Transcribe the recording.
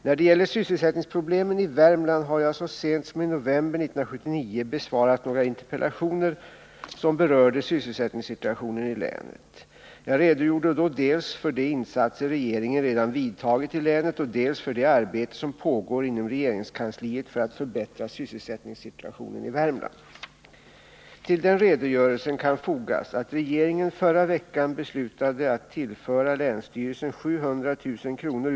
När det gäller sysselsättningsproblemen i Värmland har jag så sent som i november 1979 besvarat några interpellationer som berörde sysselsättningssituationen i länet. Jag redogjorde då dels för de insatser regeringen redan vidtagit i länet, dels för det arbete som pågår inom regeringskansliet för att förbättra sysselsättningssituationen i Värmland. Till den redogörelsen kan fogas att regeringen förra veckan beslutade att tillföra länsstyrelsen 700 000 kr.